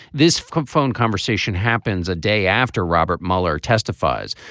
this phone conversation happens a day after robert mueller testifies.